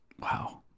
Wow